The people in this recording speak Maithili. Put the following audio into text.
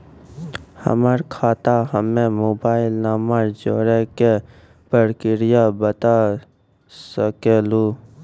हमर खाता हम्मे मोबाइल नंबर जोड़े के प्रक्रिया बता सकें लू?